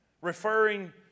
referring